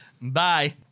Bye